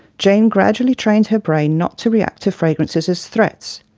jane gradually trained her brain not to react to fragrances as threats.